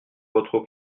votre